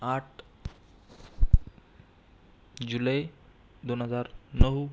आठ जुलै दोन हजार नऊ